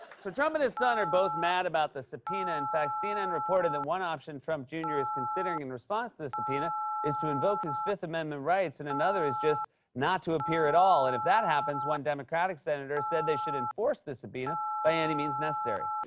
trump and his son are both mad about the subpoena. in fact, cnn reported that one option trump jr. is considering in response to the subpoena is to invoke his fifth amendment rights and another is just not to appear at all. and if that happens, one democratic senator said they should enforce the subpoena by any means necessary.